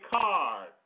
card